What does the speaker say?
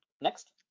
Next